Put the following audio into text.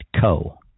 Co